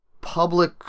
public